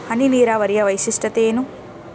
ಹನಿ ನೀರಾವರಿಯ ವೈಶಿಷ್ಟ್ಯತೆ ಏನು?